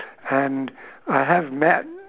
and I have met